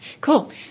Cool